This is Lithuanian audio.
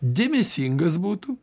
dėmesingas būtų